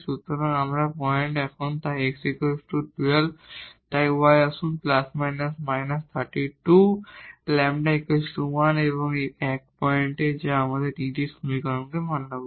সুতরাং আমাদের পয়েন্ট এখন তাই x 12 এবং তারপর y আসুন ± 32 λ 1 এই 1 টি পয়েন্ট যা এই তিনটি সমীকরণকে মান্য করে